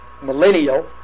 millennial